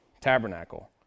tabernacle